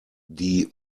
die